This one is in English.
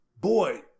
boy